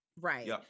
Right